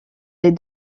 les